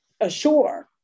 ashore